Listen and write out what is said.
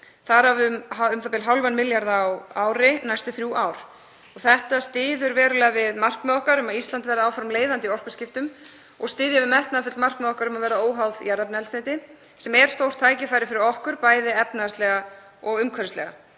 þar af um u.þ.b. hálfan milljarð á ári næstu þrjú ár. Þetta styður verulega við markmið okkar um að Ísland verði áfram leiðandi í orkuskiptum og styður við metnaðarfull markmið okkar um að verða óháð jarðefnaeldsneyti sem er stórt tækifæri fyrir okkur, bæði efnahagslega og umhverfislega.